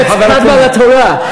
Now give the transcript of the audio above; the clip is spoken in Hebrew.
דרך ארץ קדמה לתורה.